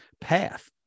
path